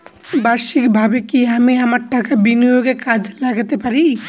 বার্ষিকভাবে কি আমি আমার টাকা বিনিয়োগে কাজে লাগাতে পারি?